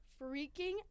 freaking